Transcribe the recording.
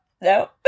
no